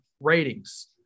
ratings